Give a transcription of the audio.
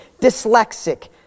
dyslexic